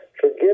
forgive